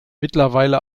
mittlerweile